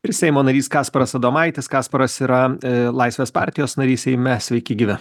ir seimo narys kasparas adomaitis kasparas yra laisvės partijos narys seime sveiki gyvi